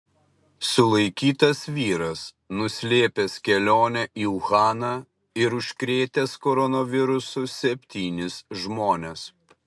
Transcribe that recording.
sulaikytas vyras nuslėpęs kelionę į uhaną ir užkrėtęs koronavirusu septynis žmones